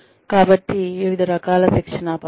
కాబట్టి వివిధ రకాల శిక్షణా పద్ధతులు